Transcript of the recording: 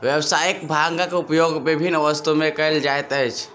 व्यावसायिक भांगक उपयोग विभिन्न वस्तु में कयल जाइत अछि